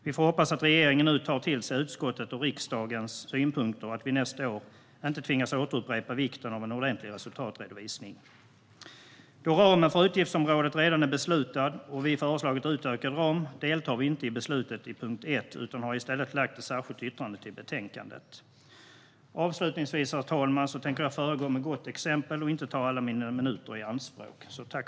Vi får hoppas att regeringen nu tar till sig utskottets och riksdagens synpunkter så att vi nästa år inte tvingas återupprepa vikten av en ordentlig resultatredovisning. Då ramen för utgiftsområdet redan är beslutad och vi har föreslagit en utökad ram deltar vi inte i beslutet under punkt 1 utan vi har i stället fogat ett särskilt yttrande till betänkandet. Avslutningsvis tänker jag föregå med gott exempel och inte ta min talartids alla minuter i anspråk.